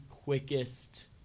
quickest